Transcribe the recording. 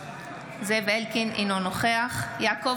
אינו נוכח יעקב